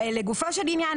לגופו של עניין,